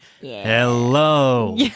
Hello